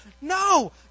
No